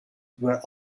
were